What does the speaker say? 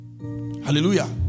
Hallelujah